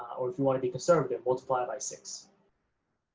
or if you want to be conservative multiply it by six.